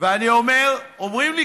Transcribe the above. ואני אומר,